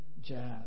jazz